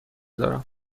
دارم